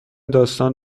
داستان